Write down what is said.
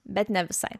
bet ne visai